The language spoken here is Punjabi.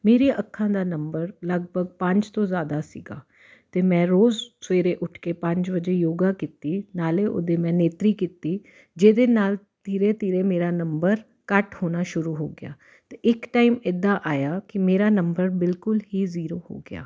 ਮੇਰੀਆਂ ਅੱਖਾਂ ਦਾ ਨੰਬਰ ਲਗਭਗ ਪੰਜ ਤੋਂ ਜ਼ਿਆਦਾ ਸੀਗਾ ਅਤੇ ਮੈਂ ਰੋਜ਼ ਸਵੇਰੇ ਉੱਠ ਕੇ ਪੰਜ ਵਜੇ ਯੋਗਾ ਕੀਤੀ ਨਾਲ ਉਹਦੇ ਮੈਂ ਨੇਤਰੀ ਕੀਤੀ ਜਿਹਦੇ ਨਾਲ ਧੀਰੇ ਧੀਰੇ ਮੇਰਾ ਨੰਬਰ ਘੱਟ ਹੋਣਾ ਸ਼ੁਰੂ ਹੋ ਗਿਆ ਅਤੇ ਇੱਕ ਟਾਈਮ ਇੱਦਾਂ ਆਇਆ ਕਿ ਮੇਰਾ ਨੰਬਰ ਬਿਲਕੁਲ ਹੀ ਜ਼ੀਰੋ ਹੋ ਗਿਆ